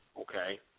okay